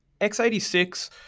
x86